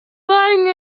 buying